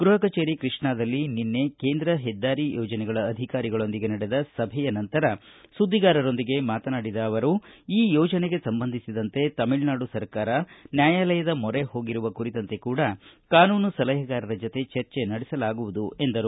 ಗೃಪ ಕಚೇರಿ ಕೃಷ್ಣಾದಲ್ಲಿ ನಿನ್ನೆ ಕೇಂದ್ರ ಹೆದ್ದಾರಿ ಯೋಜನೆಗಳ ಅಧಿಕಾರಿಗಳೊಂದಿಗೆ ನಡೆದ ಸಭೆಯ ನಂತರ ಸುದ್ದಿಗಾರರೊಂದಿಗೆ ಮಾತನಾಡಿದ ಅವರು ಈ ಯೋಜನೆಗೆ ಸಂಬಂಧಿಸಿದಂತೆ ತಮಿಳುನಾಡು ಸರ್ಕಾರ ನ್ಯಾಯಾಲಯದ ಮೊರೆ ಹೋಗಿರುವ ಕುರಿತಂತೆ ಕಾನೂನು ಸಲಹೆಗಾರರ ಜತೆ ಚರ್ಚೆ ನಡೆಸಲಾಗುವುದು ಎಂದರು